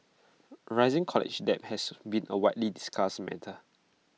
rising college debt has been A widely discussed matter